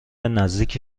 نزدیک